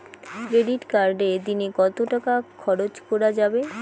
Credit কার্ডে দিনে কত টাকা খরচ করা যাবে?